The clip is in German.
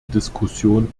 diskussion